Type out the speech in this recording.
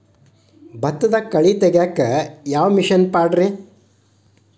ಭತ್ತದಾಗ ಕಳೆ ತೆಗಿಯಾಕ ಯಾವ ಮಿಷನ್ ಪಾಡ್ರೇ?